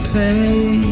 pay